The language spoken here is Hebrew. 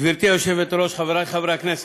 גברתי היושבת-ראש, חברי חברי הכנסת,